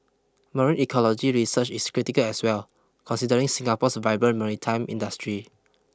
marine ecology research is critical as well considering Singapore's vibrant maritime industry